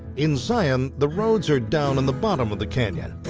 in zion, the roads are down in the bottom of the canyon.